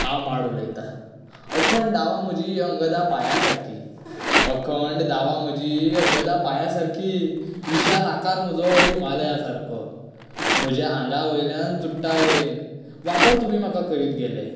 हांव माड उलयता अखंड दावां म्हजीं अंगदा पायां सारकीं अखंड दावां म्हजीं अंगदा पायां सारकीं विशाल आकार म्हजो हिमालया सारको म्हाज्या आंगा वयल्यान चुडटां मेरेन वापर तुमी म्हाका करीत गेलें